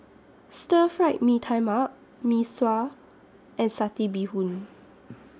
Stir Fried Mee Tai Mak Mee Sua and Satay Bee Hoon